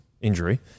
Injury